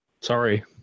sorry